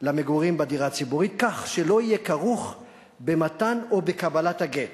למגורים בדירה הציבורית כך שהיא לא תהיה כרוכה במתן או בקבלת הגט.